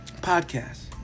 podcast